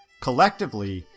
collectively,